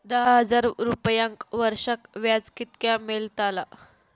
दहा हजार रुपयांक वर्षाक व्याज कितक्या मेलताला?